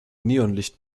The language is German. neonlicht